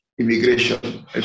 immigration